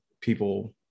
people